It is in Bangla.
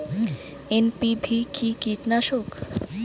এন.পি.ভি কি কীটনাশক?